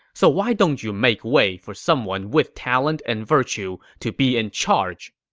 so why don't you make way for someone with talent and virtue to be in charge?